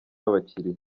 abakiliya